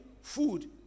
Food